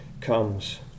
comes